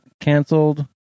canceled